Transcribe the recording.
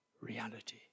reality